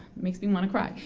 makes me want to cry,